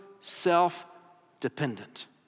self-dependent